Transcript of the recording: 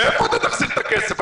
מאיפה אתה תחזיר את הכסף?